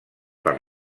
per